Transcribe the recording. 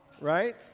right